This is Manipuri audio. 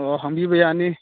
ꯑꯣ ꯍꯪꯕꯤꯕ ꯌꯥꯅꯤ